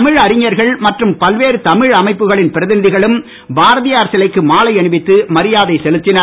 தமிழ் அறிஞர்கள் மற்றும் பல்வேறு தமிழ் அமைப்புகளின் பிரதிநிதிகளும் பாரதியார் சிலைக்கு மாலை அணிவித்து மரியாதை செலுத்தினர்